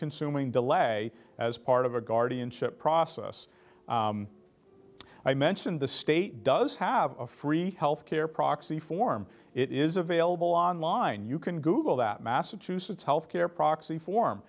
consuming delay as part of a guardianship process i mention the state does have a free health care proxy form it is available online you can google that massachusetts health care proxy form